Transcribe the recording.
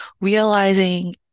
realizing